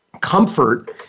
comfort